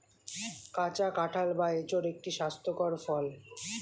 কাঁচা কাঁঠাল বা এঁচোড় একটি স্বাস্থ্যকর ফল